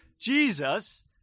Jesus